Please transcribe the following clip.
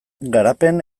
garapen